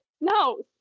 no